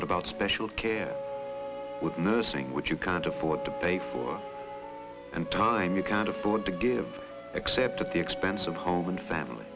what about special care with nursing which you can't afford to pay for and time you can't afford to give except at the expense of home and family